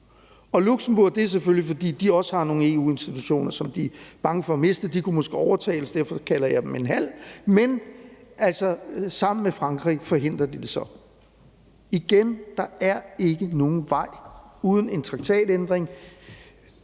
og Luxembourg er selvfølgelig imod, fordi de også har nogle EU-institutioner, som de er bange for at miste. De kunne måske overtales, og derfor kalder jeg dem en halv, men sammen med Frankrig forhindrer de det så. Så igen vil jeg sige: Der er ikke nogen vej uden om en traktatændring.